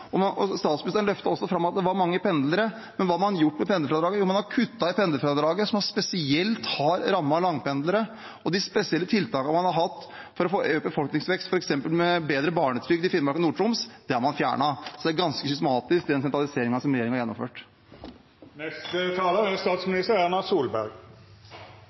til 12 pst. Statsministeren løftet også fram at det var mange pendlere, men hva har man gjort med pendlerfradraget? Man har kuttet i pendlerfradraget, noe som spesielt har rammet langpendlere. De spesielle tiltakene man har hatt for å få økt befolkningsvekst, f.eks. med høyere barnetrygd i Finnmark og Nord-Troms, har man fjernet. Den sentraliseringen regjeringen har gjennomført, er ganske systematisk. Selvfølgelig er jeg bekymret for utviklingen. Jeg er opptatt av at vi skal ha en balansert utvikling i